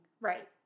Right